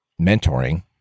mentoring